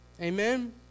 Amen